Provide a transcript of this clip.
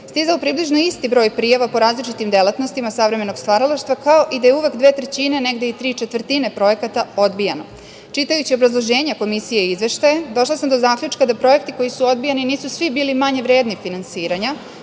stizao približno isti broj prijava po različitim delatnostima savremenog stvaralaštva, kao i da je uvek dve trećine, negde i tri četvrtine projekata odbijano. Čitajući obrazloženja Komisije i izveštaje došla sam do zaključka da projekti koji su odbijani nisu svi bili manje vredni finansiranja,